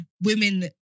women